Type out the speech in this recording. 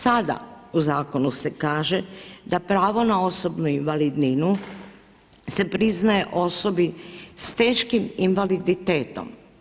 Sada u zakonu se kaže da pravo na osobnu invalidninu se priznaje osobi sa teškim invaliditetom.